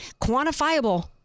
quantifiable